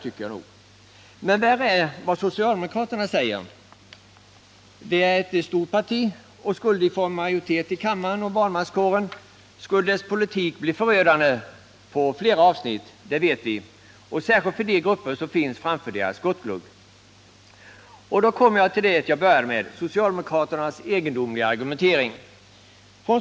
Men värre är vad socialdemokraterna säger. Det är ett stort parti och skulle de få majoritet i kammaren och i valmanskåren skulle dess politik bli förödande på flera avsnitt, det vet vi — särskilt för de grupper som finns framför deras skottglugg. Då kommer jag till det jag började med: socialdemokraternas egendomliga argumentering.